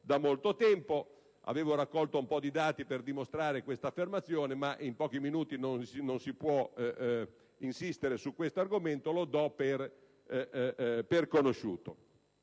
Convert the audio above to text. da molto tempo. Avevo raccolto dei dati per dimostrare tale affermazione, ma in pochi minuti non si può insistere su questo argomento e quindi li do per conosciuti.